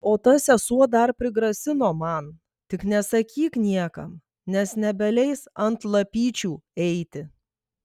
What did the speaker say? o ta sesuo dar prigrasino man tik nesakyk niekam nes nebeleis ant lapyčių eiti